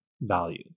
value